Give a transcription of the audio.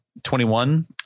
21